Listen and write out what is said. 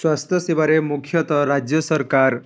ସ୍ୱାସ୍ଥ୍ୟ ସେବାରେ ମୁଖ୍ୟତଃ ରାଜ୍ୟ ସରକାର